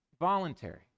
Voluntary